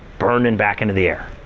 burned and back into the air.